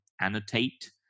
annotate